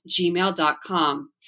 gmail.com